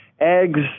Eggs